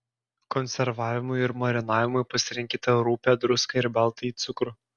konservavimui ir marinavimui pasirinkite rupią druską ir baltąjį cukrų